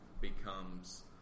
becomes